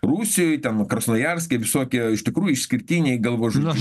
rusijoj ten krasnojarske visokie iš tikrųjų išskirtiniai galvažudžiai